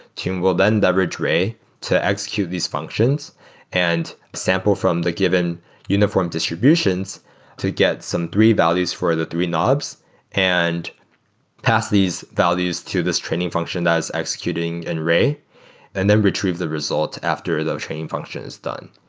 tune will then leverage ray to execute these functions and sample from the given uniform distributions to get some three values for the three knobs and pass these values to this training function that is executing in and ray and then retrieve the results after the training function is done.